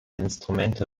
instrumente